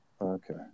Okay